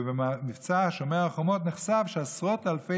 ובמבצע שומר החומות נחשף שעשרות אלפי